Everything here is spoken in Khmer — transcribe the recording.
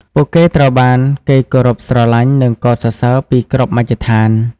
ពួកគេត្រូវបានគេគោរពស្រឡាញ់ និងកោតសរសើរពីគ្រប់មជ្ឈដ្ឋាន។